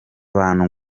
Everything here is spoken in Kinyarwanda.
abantu